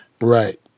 Right